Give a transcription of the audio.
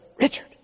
Richard